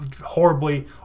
horribly